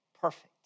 perfect